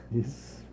Yes